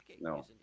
No